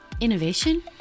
Innovation